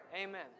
Amen